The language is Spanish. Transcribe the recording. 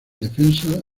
defensa